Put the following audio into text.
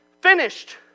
finished